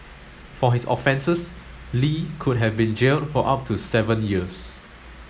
for his offences Li could have been jailed for up to seven years